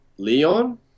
Leon